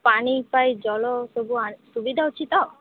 ପାଣି ପାଇଁ ଜଳ ସବୁ ସୁବିଧା ଅଛି ତ